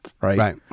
right